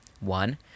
one